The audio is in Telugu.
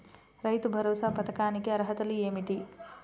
రైతు భరోసా పథకానికి అర్హతలు ఏమిటీ?